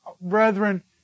brethren